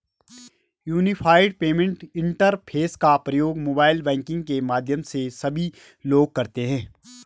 unified payment interface का प्रयोग mobile banking के माध्यम से सभी लोग करते हैं